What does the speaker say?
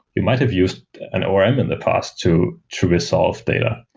we might have used an orm in the past to to resolve data.